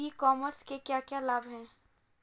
ई commerce के क्या क्या लाभ हैं?